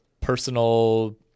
personal